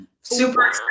super